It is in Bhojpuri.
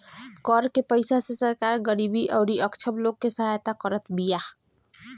कर के पईसा से सरकार गरीबी अउरी अक्षम लोग के सहायता करत बिया